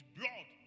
blood